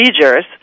procedures